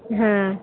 હાં